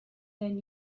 than